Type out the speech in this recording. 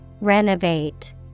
Renovate